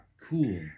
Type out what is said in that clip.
cool